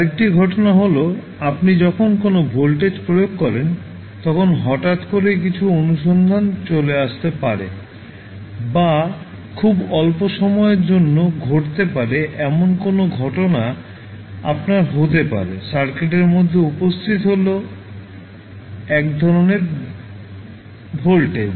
আরেকটি ঘটনা হল আপনি যখন কোনও ভোল্টেজ প্রয়োগ করেন তখন হঠাৎ করেই কিছু অনুসন্ধান চলে আসতে পারে বা খুব অল্প সময়ের জন্য ঘটতে পারে এমন কোনও ঘটনা আপনার হতে পারে সার্কিটের মধ্যে উপস্থিত এক ধরণের ভোল্টেজ